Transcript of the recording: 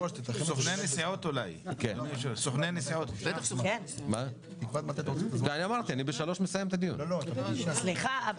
מתי אתה רוצה לקיים את הפגישה?